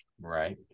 right